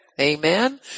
Amen